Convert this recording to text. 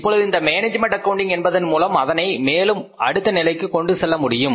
இப்பொழுது இந்த management accounting என்பதன் மூலம் அதனை மேலும் அடுத்த நிலைக்குக் கொண்டு செல்ல முடியும்